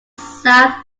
south